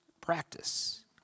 practice